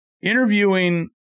interviewing